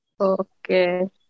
Okay